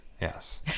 Yes